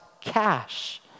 cash